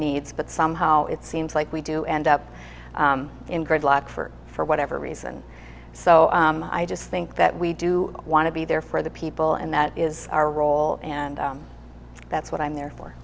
needs but somehow it seems like we do end up in gridlock for for whatever reason so i just think that we do want to be there for the people and that is our role and that's what i'm there for